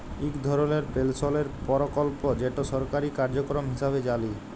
ইক ধরলের পেলশলের পরকল্প যেট সরকারি কার্যক্রম হিঁসাবে জালি